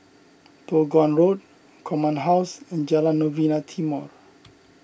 Toh Guan Road Command House and Jalan Novena Timor